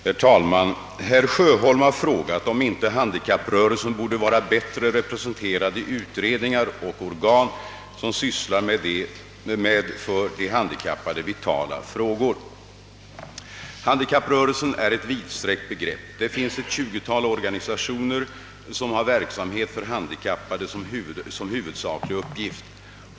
Herr talman! Herr Sjöholm har frågat, om inte handikapprörelsen borde vara bättre representerad i utredningar och organ, som sysslar med för de handikappade vitala frågor. Handikapprörelsen är ett vidsträckt begrepp. Det finns ett tjugotal organisationer som har verksamhet för handikappade som huvudsaklig uppgift.